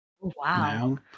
Wow